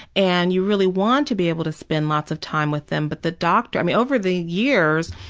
and you really want to be able to spend lots of time with them, but the doctor, i mean, over the years,